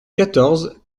quatorze